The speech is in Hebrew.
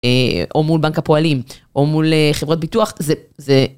או מול בנק הפועלים או מול חברות ביטוח.